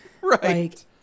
Right